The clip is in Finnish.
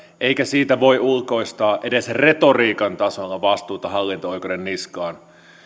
eikä siitä voi ulkoistaa edes retoriikan tasolla vastuuta hallinto oikeuden niskaan